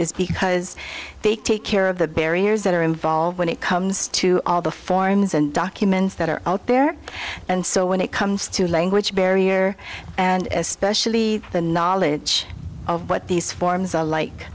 is because they take care of the barriers that are involved when it comes to all the forms and documents that are out there and so when it comes to language barrier and especially the knowledge of what these forms are like